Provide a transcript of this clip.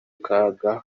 kaga